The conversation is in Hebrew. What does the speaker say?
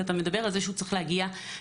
ואתה מדבר על כך שהוא צריך להגיע ל-62%-52%.